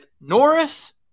Norris